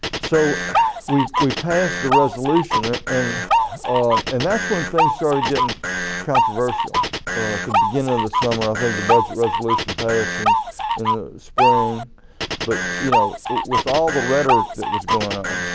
so we we passed the resolution and and that's when things started getting controversial. at the beginning of the summer, i think the budget resolution passed and in the spring but you know with all the rhetoric that was going on,